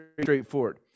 straightforward